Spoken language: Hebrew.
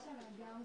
בשעה 12:20.